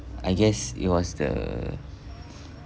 I guess it was the